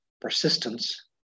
persistence